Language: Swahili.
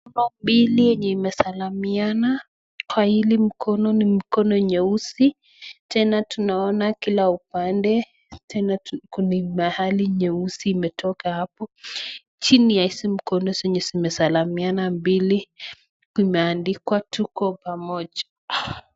Mikono mbili yenye imesalimiana kwa hili mkono, ni mkono nyeusi tena tunaona kila upande tena kuna mahali nyeusi imetoka hapo, chini ya hizi mikono zenye zimesalimiana mbili imeandikwa tuko pamoja.